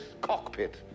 cockpit